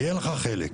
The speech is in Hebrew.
יהיה לך חלק,